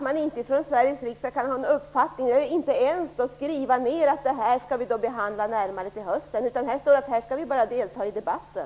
Men i Sveriges riksdag kan man inte ens skriva ner att vi skall behandla detta närmare till hösten. Här skall vi bara delta i debatten.